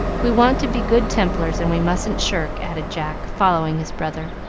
we want to be good templars, and we mustn't shirk, added jack, following his brother.